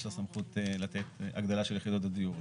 לה סמכות לתת הגדלה של יחידות הדיור.